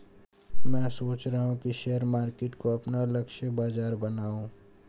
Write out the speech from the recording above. मैं सोच रहा हूँ कि शेयर मार्केट को अपना लक्ष्य बाजार बनाऊँ